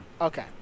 Okay